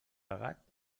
pagat